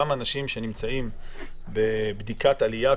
גם אנשים שנמצאים בבדיקת עלייה,